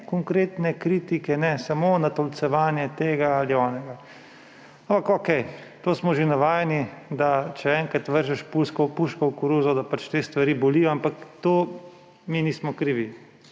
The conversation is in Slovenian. ene konkretne kritike ne. Samo natolcevanje tega ali onega. Okej, smo že navajeni, da če enkrat vržeš puško v koruzo, te stvari bolijo, ampak za to mi nismo krivi.